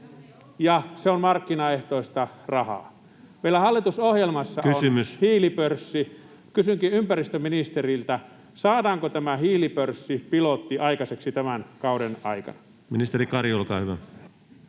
ja se on markkinaehtoista rahaa. Meillä hallitusohjelmassa on [Puhemies: Kysymys!] hiilipörssi. Kysynkin ympäristöministeriltä: saadaanko tämä hiilipörssipilotti aikaiseksi tämän kauden aikana? Ministeri Kari, olkaa hyvä.